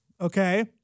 Okay